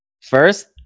First